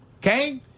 okay